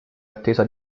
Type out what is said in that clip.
attesa